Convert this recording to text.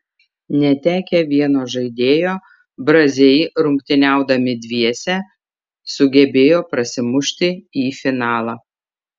netekę vieno žaidėjo braziai rungtyniaudami dviese sugebėjo prasimušti į finalą